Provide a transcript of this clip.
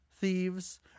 Thieves